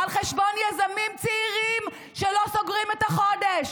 על חשבון יזמים צעירים שלא סוגרים את החודש,